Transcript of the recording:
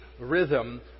rhythm